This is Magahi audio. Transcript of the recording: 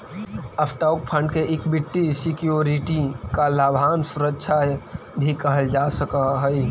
स्टॉक फंड के इक्विटी सिक्योरिटी या लाभांश सुरक्षा भी कहल जा सकऽ हई